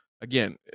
Again